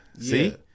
See